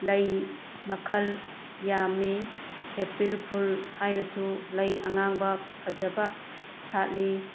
ꯂꯩ ꯃꯈꯜ ꯌꯥꯝꯃꯤ ꯑꯦꯄ꯭ꯔꯤꯜ ꯐꯨꯜ ꯍꯥꯏꯅꯁꯨ ꯂꯩ ꯑꯉꯥꯡꯕ ꯐꯖꯕ ꯁꯥꯠꯂꯤ